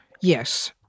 yes